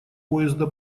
поезда